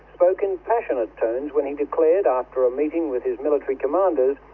spoke in passionate tones when he declared after a meeting with his military commanders,